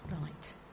Right